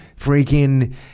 freaking